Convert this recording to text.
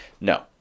No